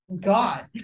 God